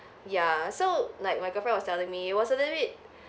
ya so like my girlfriend was telling me it was a little bit